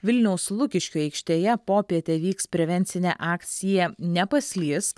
vilniaus lukiškių aikštėje popietę vyks prevencinė akcija nepaslysk